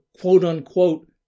quote-unquote